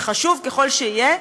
שחשוב ככל שיהיה,